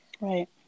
right